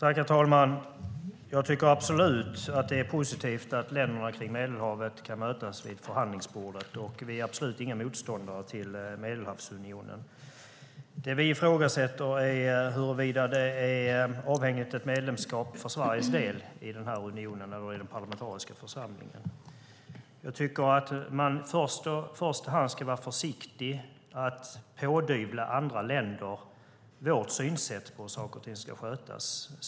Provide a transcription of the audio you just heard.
Herr talman! Jag tycker att det är positivt att länderna kring Medelhavet kan mötas vid förhandlingsbordet. Vi är absolut inga motståndare till Medelhavsunionen. Det vi ifrågasätter är huruvida ett medlemskap i den här parlamentariska församlingen är nödvändigt för Sveriges del. Jag tycker att man ska vara försiktig med att pådyvla andra länder vårt synsätt på hur saker och ting ska skötas.